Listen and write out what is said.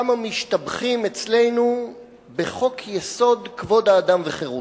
ראו כמה משתבחים אצלנו בחוק-יסוד: כבוד האדם וחירותו.